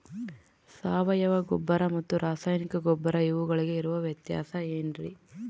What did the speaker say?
ಸಾವಯವ ಗೊಬ್ಬರ ಮತ್ತು ರಾಸಾಯನಿಕ ಗೊಬ್ಬರ ಇವುಗಳಿಗೆ ಇರುವ ವ್ಯತ್ಯಾಸ ಏನ್ರಿ?